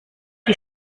die